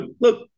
look